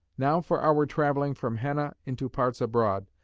now for our travelling from henna into parts abroad,